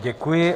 Děkuji.